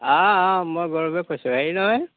মই গৌৰৱে কৈছোঁ হেৰি নহয়